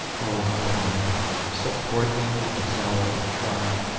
oh, mother mary, support me in this hour of trial.